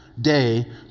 Day